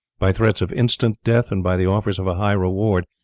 by threats of instant death, and by the offers of a high reward,